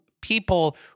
people